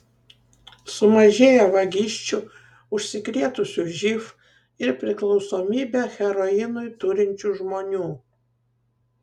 sumažėjo vagysčių užsikrėtusių živ ir priklausomybę heroinui turinčių žmonių